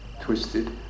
twisted